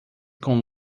com